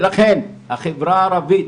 ולכן החברה הערבית